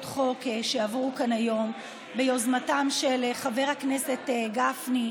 חוק שעברו כאן היום ביוזמתם של חבר הכנסת גפני,